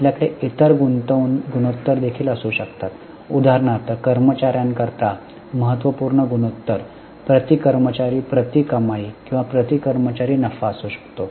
आपल्याकडे इतर गुणोत्तर देखील असू शकतात उदाहरणार्थ कर्मचार्यांकरिता महत्त्वपूर्ण गुणोत्तर प्रति कर्मचारी प्रति कमाई किंवा प्रति कर्मचारी नफा असू शकतो